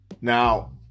Now